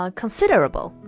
considerable